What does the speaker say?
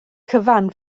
cyfan